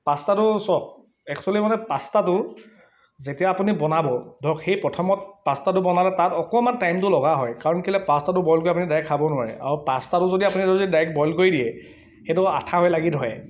পাষ্টাটো চখ এক্সুৱেলি মানে পাষ্টাটো যেতিয়া আপুনি বনাব ধৰক সেই প্ৰথমত পাষ্টাটো বনালে তাত অকণমান টাইমটো লগা হয় কাৰণ কেলৈ পাষ্টাটো বইল কৰি আপুনি ডাইৰেক্ট খাব নোৱাৰে আৰু পাষ্টাটো যদি আপুনি যদি ডাইৰেক্ট বইল কৰি দিয়ে সেইটো আঠা হৈ লাগি ধৰে